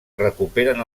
recuperen